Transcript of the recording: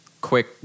quick